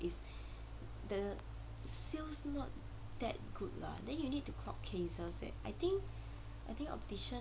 is the sales not that good lah then you need to clock cases eh I think I think optician